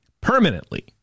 permanently